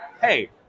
hey